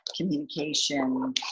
communication